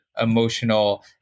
emotional